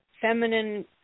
feminine